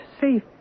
safe